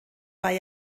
bei